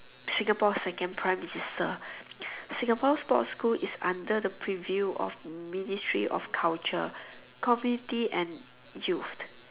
Singapore's second prime minister Singapore sports school is under the preview of ministry of culture committee and youth